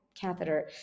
catheter